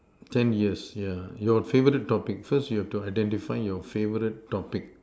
ten years yeah your favorite topic first you will have to identify your favorite topic